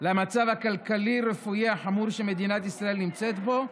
למצב הכלכלי-רפואי החמור שמדינת ישראל נמצאת בו.